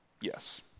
yes